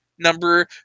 number